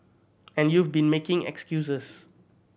and you've been making excuses